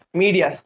media